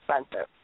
expensive